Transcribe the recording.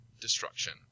destruction